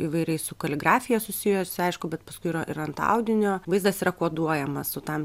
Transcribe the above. įvairiai su kaligrafija susijusi aišku bet paskui yra ir ant audinio vaizdas yra koduojamas su tam